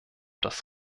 das